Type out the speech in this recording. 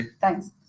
Thanks